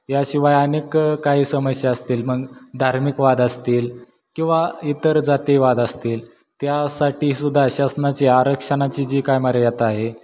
याशिवाय अनेक काही समस्या असतील मग धार्मिक वाद असतील किंवा इतर जाती वाद असतील त्यासाठी सुद्धा शासनाची आरक्षणाची जी काय मर्यादा आहे